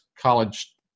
college